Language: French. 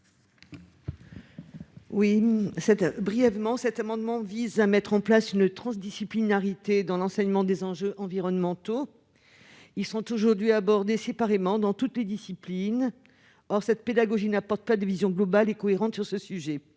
de Marco. Cet amendement vise à mettre en place une transdisciplinarité dans l'enseignement des enjeux environnementaux. Ceux-ci sont aujourd'hui abordés séparément dans toutes les disciplines. Or cette pédagogie n'apporte pas de vision globale et cohérente sur le sujet.